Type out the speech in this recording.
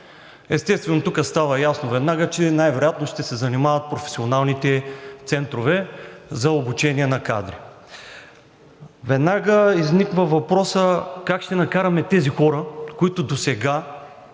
Естествено тук става ясно веднага, че най-вероятно ще се занимават професионалните центрове за обучение на кадри. Веднага изниква въпросът как ще накараме тези хора, които досега